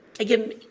Again